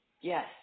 Yes